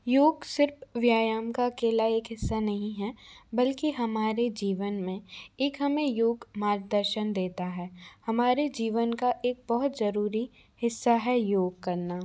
योग सिर्फ व्यायाम का अकेला एक हिस्सा नहीं है बल्कि हमारे जीवन में एक हमें योग मार्गदर्शन देता है हमारे जीवन का एक बहुत जरूरी हिस्सा है योग करना